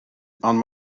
ond